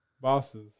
bosses